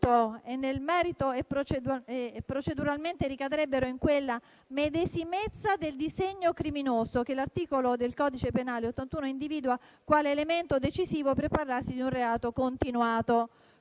che nel merito e proceduralmente ricadrebbero in quella "medesimezza del disegno criminoso" che l'articolo 81 del codice penale individua quale elemento decisivo per parlarsi di un reato continuato».